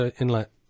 inlet